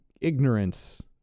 ignorance